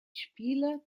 spieler